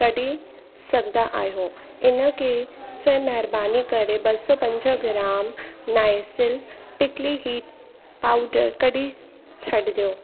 कढी सघंदा आहियो इन खे सवाइ महिरबानी करे ॿ सौ पंजाहु gram Nycil prickly heat powder कढी छॾिजो